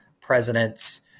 presidents